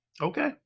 okay